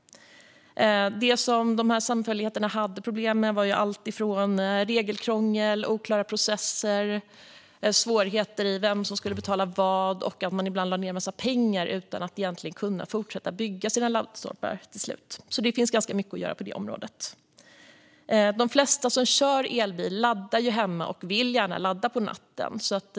Dessa samfälligheter hade problem med alltifrån regelkrångel och oklara processer till svårigheter med att veta vem som skulle betala vad. Ibland hade de också lagt ned en massa pengar men kunde till slut ändå inte fortsätta att bygga sina laddstolpar. Det finns mycket att göra på området. De flesta som kör elbil laddar bilen hemma och vill gärna ladda på natten.